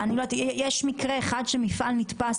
יש מקרה אחד שמפעל נתפס